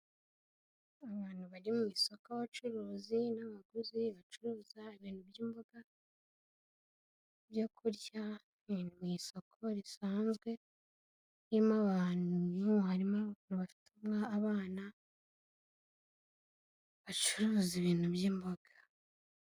Iki ni icyumba k'inama y'imwe muri kampani runaka, aho abayobozi bashobora guhurira mu kwiga ku ngingo zitandukanye no gukemura ibibazo byagaragaye.